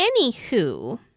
Anywho